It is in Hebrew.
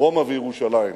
"רומא וירושלים".